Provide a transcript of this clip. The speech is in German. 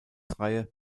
reihe